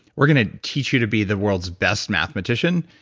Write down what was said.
we're going to teach you to be the world's best mathematician.